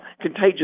contagious